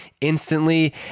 instantly